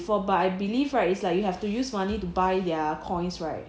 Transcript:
but I believe right it's like you have to use money to buy their coins right